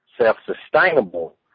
Self-sustainable